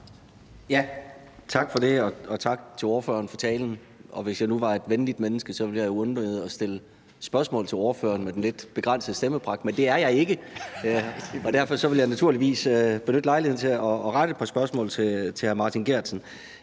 Tak for det, og tak til ordføreren for talen. Hvis jeg nu var et venligt menneske, ville jeg undlade at stille spørgsmål til ordføreren med den lidt begrænsede stemmepragt, men det er jeg ikke, og derfor vil jeg naturligvis benytte lejligheden til at rette et par spørgsmål til hr. Martin Geertsen.